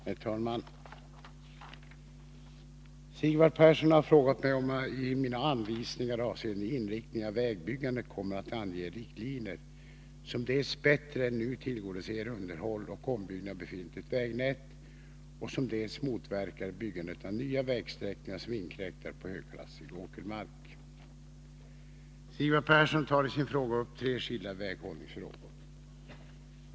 Herr talman! Sigvard Persson har frågat mig om jag i mina anvisningar avseende inriktningen av vägbyggandet kommer att ange riktlinjer som dels bättre än nu tillgodoser underhåll och ombyggnad av befintligt vägnät, dels motverkar byggandet av nya vägsträckningar som inkräktar på högklassig åkermark. Sigvard Persson tar i sin fråga upp tre skilda väghållningsfrågor.